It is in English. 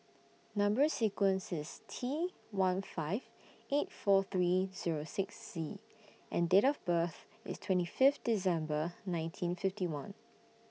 Number sequence IS T one five eight four three Zero six Z and Date of birth IS twenty Fifth December nineteen fifty one